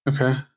Okay